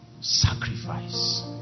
Sacrifice